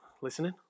listening